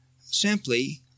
simply